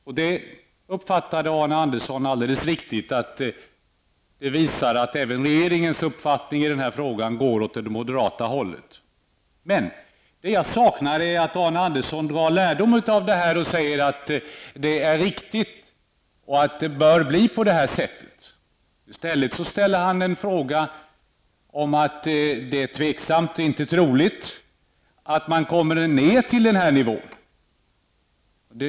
Arne Andersson uppfattade alldeles riktigt att detta visar att även regeringens uppfattning i denna fråga närmar sig den moderata. Men jag saknar att Arne Andersson inte drar lärdom av detta och säger att det är riktigt och att det bör bli på det här sättet. I stället säger han att det inte är troligt att man kommer ned till den nämnda nivån.